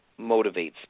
motivates